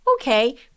Okay